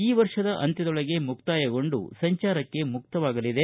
ಈ ವರ್ಷದ ಅಂತ್ಯದೊಳಗೆ ಮುಕ್ತಾಯಗೊಂಡು ಸಂಚಾರಕ್ಕೆ ಮುಕ್ತವಾಗಲಿದೆ